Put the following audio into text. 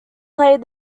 played